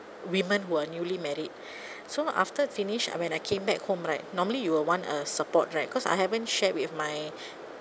women who are newly married so after finish I when I came back home right normally you will want a support right because I haven't shared with my